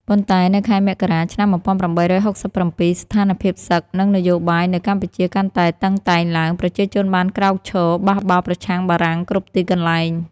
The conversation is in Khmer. ប៉ុន្តែនៅខែមករា ឆ្នាំ ១៨៦៧ ស្ថានភាពសឹក និងនយោបាយនៅកម្ពុជាកាន់តែតឹងតែងឡើង ប្រជាជនបានក្រោកឈរបះបោរប្រឆាំងបារាំងគ្រប់ទីកន្លែង។